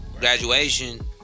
Graduation